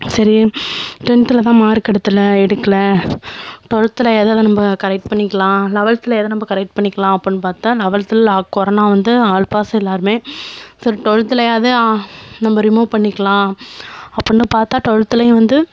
சரி டென்த்ல தான் மார்க் எடுத்துல எடுக்கல ட்வெல்த்லையாது அதை நம்ம கரெக்ட் பண்ணிக்கலாம் லெவன்த்லையாது நம்ம கரெக்ட் பண்ணிக்கலாம் அப்பட்னு பார்த்தா லெவல்த்ல லாக் கொரோனா வந்து ஆல் பாஸ் எல்லாருமே சரி ட்வெல்த்லையாது நம்ம ரிமூவ் பண்ணிக்கலாம் அப்பட்னு பார்த்தா ட்வெல்த்லையும் வந்து